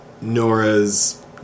Nora's